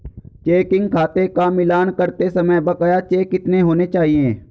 Checking खाते का मिलान करते समय बकाया चेक कितने होने चाहिए?